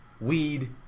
weed